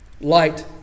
Light